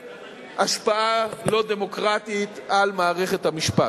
בהשפעה לא דמוקרטית על מערכת המשפט.